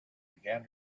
began